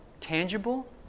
tangible